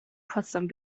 potsdam